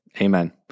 Amen